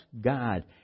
God